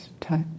touch